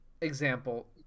example